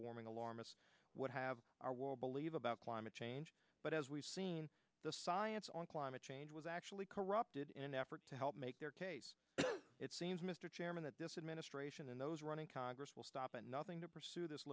warming alarmists would have are will believe about climate change but as we've seen the science on climate change was actually corrupted in an effort to help make their case it seems mr chairman that this administration and those running congress will stop at nothing to pursue this